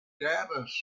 dataset